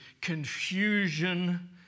confusion